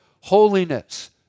holiness